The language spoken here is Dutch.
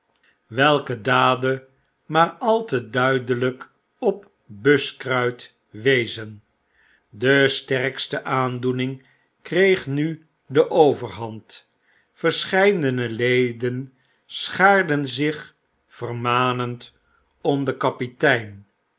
welke daden maar al te duidelyk op buskruit wezen de sterkste aandoening kreeg nu de overhand verscheidene leden schaarden zich vermanend om den kapitein